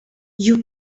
you